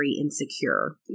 insecure